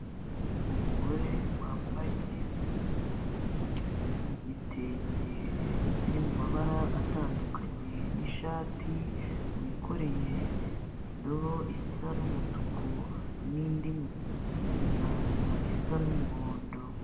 Umugore wambaye igitenge kiri mu mabara atandukanye n'ishati, wikoreye indobo isa n'umutuku n'indi mu biganza isa n'umuhondo.